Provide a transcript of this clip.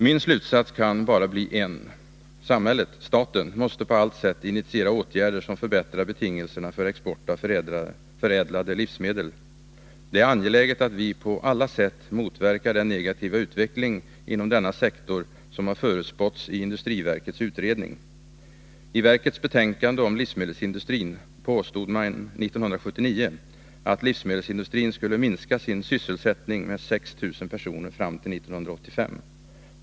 Min slutsats kan bara bli en: Samhället, staten, måste på allt sätt initiera åtgärder som förbättrar betingelserna för export av förädlade livsmedel. Det är angeläget att vi på alla sätt motverkar den negativa utveckling inom denna sektor som har förutspåtts i industriverkets utredning. I verkets betänkande om livsmedelsindustrin påstod man 1979, att livsmedelsindustrin skulle minska sin sysselsättning med 6 000 personer fram till 1985.